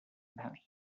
about